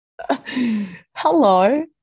Hello